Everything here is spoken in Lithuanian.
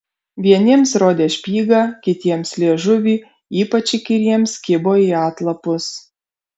vieniems rodė špygą kitiems liežuvį ypač įkyriems kibo į atlapus